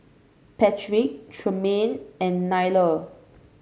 Patric Tremaine and Nyla